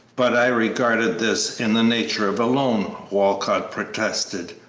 but i regarded this in the nature of a loan, walcott protested,